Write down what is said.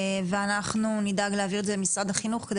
ואנחנו נדאג להעביר את זה למשרד החינוך כדי